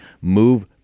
move